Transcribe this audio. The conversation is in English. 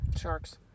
Sharks